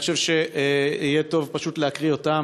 אני חושב שיהיה טוב פשוט להקריא אותן: